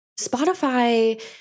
Spotify